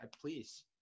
please